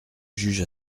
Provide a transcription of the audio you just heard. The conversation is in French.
juge